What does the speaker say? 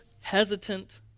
hesitant